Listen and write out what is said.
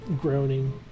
Groaning